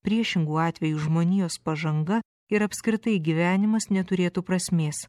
priešingu atveju žmonijos pažanga ir apskritai gyvenimas neturėtų prasmės